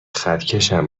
خطکشم